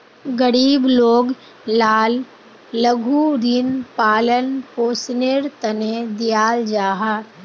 गरीब लोग लाक लघु ऋण पालन पोषनेर तने दियाल जाहा